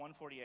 148